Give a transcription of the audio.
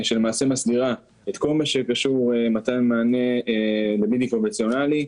שלמעשה מסדירה את כל מה שקשור למתן מענה למיני קונבנציונאלי,